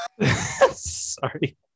Sorry